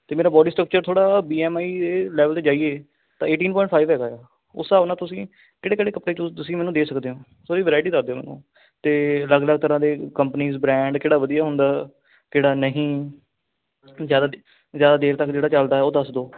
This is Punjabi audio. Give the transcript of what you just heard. ਅਤੇ ਮੇਰਾ ਬੋਡੀ ਸਟਰਕਚਰ ਥੋੜ੍ਹਾ ਬੀ ਐੱਮ ਆਈ ਏ ਲੈਵਲ 'ਤੇ ਜਾਈਏ ਤਾਂ ਏਟੀਨ ਪੁਆਇੰਟ ਫਾਈਵ ਹੈਗਾ ਆ ਉਸ ਹਿਸਾਬ ਨਾਲ ਤੁਸੀਂ ਕਿਹੜੇ ਕਿਹੜੇ ਕੱਪੜੇ ਜੋ ਤੁਸੀਂ ਮੈਨੂੰ ਦੇ ਸਕਦੇ ਹੋ ਸੋ ਉਹਦੀ ਵਰਾਇਟੀ ਦੱਸ ਦਿਓ ਮੈਨੂੰ ਅਤੇ ਅਲੱਗ ਅਲੱਗ ਤਰ੍ਹਾਂ ਦੇ ਕੰਪਨੀਜ਼ ਬਰੈਂਡ ਕਿਹੜਾ ਵਧੀਆ ਹੁੰਦਾ ਕਿਹੜਾ ਨਹੀਂ ਜ਼ਿਆਦਾ ਦੇ ਜ਼ਿਆਦਾ ਦੇਰ ਤੱਕ ਜਿਹੜਾ ਚੱਲਦਾ ਉਹ ਦੱਸ ਦਿਓ